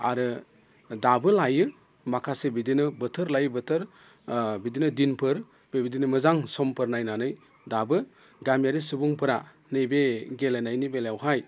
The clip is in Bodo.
आरो दाबो लायो माखासे बिदिनो बोथोर लायै बोथोर बिदिनो दिनफोर बेबायदिनो मोजां समफोर नायनानै दाबो गामियारि सुबुंफोरा नैबे गेलेनायनि बेलायावहाय